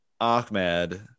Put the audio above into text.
Ahmed